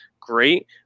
great